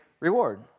Reward